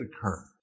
occur